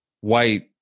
white